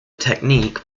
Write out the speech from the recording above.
technique